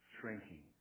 shrinking